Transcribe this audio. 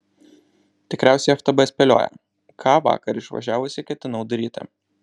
tikriausiai ftb spėlioja ką vakar išvažiavusi ketinau daryti